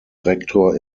rektor